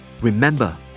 remember